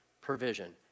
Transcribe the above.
provision